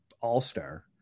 all-star